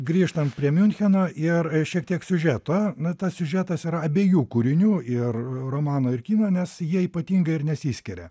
grįžtam prie miuncheno ir šiek tiek siužeto na tas siužetas yra abiejų kūrinių ir romano ir kino nes jie ypatingai ir nesiskiria